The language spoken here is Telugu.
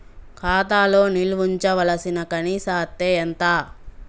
ఖాతా లో నిల్వుంచవలసిన కనీస అత్తే ఎంత?